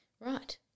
Right